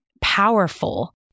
powerful